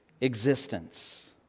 existence